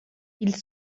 ils